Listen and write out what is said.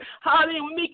hallelujah